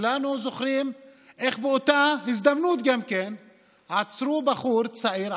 כולנו זוכרים איך באותה הזדמנות גם עצרו בחור צעיר,